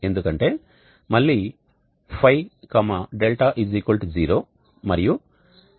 ఎందుకంటే మళ్లీ ϕ δ 0 మరియు sin ϕ sin δ 0